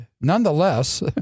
Nonetheless